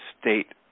state